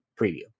preview